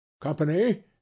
Company